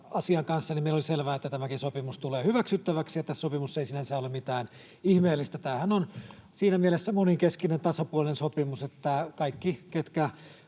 asian kanssa, oli selvää, että tämäkin sopimus tulee hyväksyttäväksi, ja tässä sopimuksessa ei sinänsä ole mitään ihmeellistä. Tämähän on siinä mielessä monenkeskinen, tasapuolinen sopimus, että kaikki, ketkä